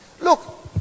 look